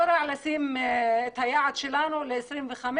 זה לא רע לשים את היעד שלנו על 2025,